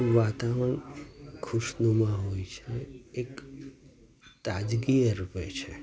વાતાવરણ ખુશનુમાં હોય છે એક તાજગી એર હોય છે